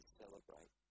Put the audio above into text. celebrate